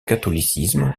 catholicisme